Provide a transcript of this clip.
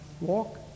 walk